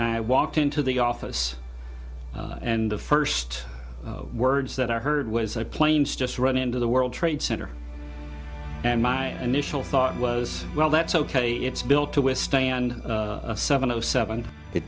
i walked into the office and the first words that i heard was a plane's just running into the world trade center and my initial thought was well that's ok it's built to withstand a seven o seven it